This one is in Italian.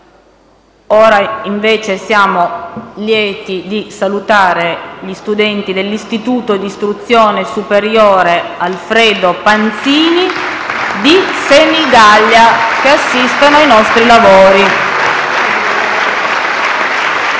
PRESIDENTE. Siamo lieti di salutare gli studenti dell’Istituto di istruzione superiore «Alfredo Panzini» di Senigallia, che assistono ai nostri lavori.